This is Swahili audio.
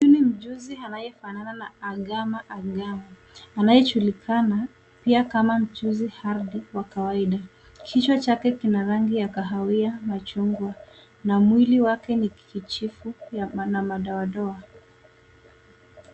Huyuni mchuzi anayefanana agama angavu anayejulikana pia kama mchuzi ardhi wa kawaida, kichwa chake kina rangi ya kahawia na machungwa na mwili wake ni kijivu yana madoadoa.